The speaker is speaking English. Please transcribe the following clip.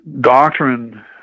doctrine